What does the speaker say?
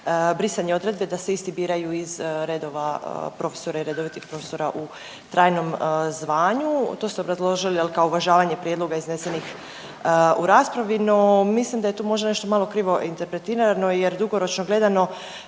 brisanje odredbe da se isti biraju iz redova profesora i redovitih profesora u trajnom zvanju. To ste obrazložili jel kako uvažavanje prijedloga iznesenih u raspravi no mislim da je tu možda nešto malo krivo interpretirano jer dugoročno gledano,